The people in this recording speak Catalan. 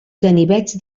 ganivets